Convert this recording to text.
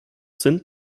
sind